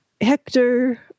Hector